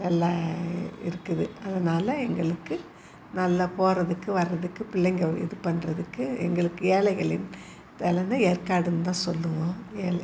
எல்லாம் இருக்குது அதனால் எங்களுக்கு நல்லா போகிறதுக்கு வர்றதுக்கு பிள்ளைங்க இது பண்ணுறதுக்கு எங்களுக்கு ஏழைகளின் தலம்னா ஏற்காடுன்னு தான் சொல்வோம்